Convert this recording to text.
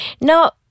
now